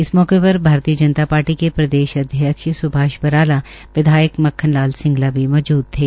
इस मौके पर भारतीय जनता पार्टी के प्रदेश अध्यक्ष सुभाष बराला विधायक मक्खन लाल सिंगला भी मौजूद थे